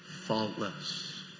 Faultless